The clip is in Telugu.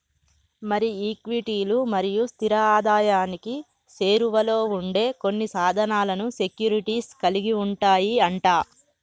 మరి ఈక్విటీలు మరియు స్థిర ఆదాయానికి సేరువలో ఉండే కొన్ని సాధనాలను సెక్యూరిటీస్ కలిగి ఉంటాయి అంట